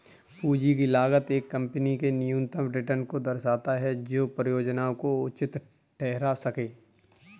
पूंजी की लागत एक कंपनी के न्यूनतम रिटर्न को दर्शाता है जो परियोजना को उचित ठहरा सकें